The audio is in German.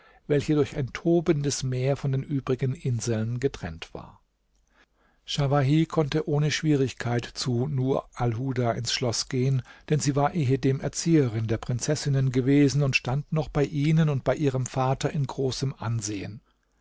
welche durch ein tobendes meer von den übrigen inseln getrennt war schawahi konnte ohne schwierigkeit zu nur alhuda ins schloß gehen denn sie war ehedem erzieherin der prinzessinnen gewesen und stand noch bei ihnen und bei ihrem vater in großem ansehen